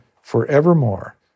forevermore